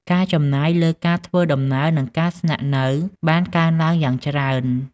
ការចំណាយលើការធ្វើដំណើរ និងការស្នាក់នៅបានកើនឡើងយ៉ាងច្រើន។